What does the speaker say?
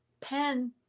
pen